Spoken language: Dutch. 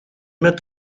met